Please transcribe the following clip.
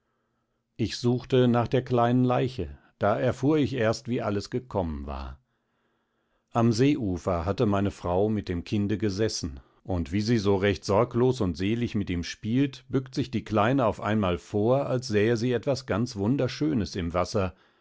ich suchte nach der kleinen leiche da erfuhr ich erst wie alles gekommen war am seeufer hatte meine frau mit dem kinde gesessen und wie sie so recht sorglos und selig mit ihm spielt bückt sich die kleine auf einmal vor als sähe sie etwas ganz wunderschönes im wasser